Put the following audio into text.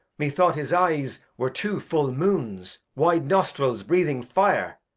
methought his eyes were two fuu moons, wide nostrils breathing fire.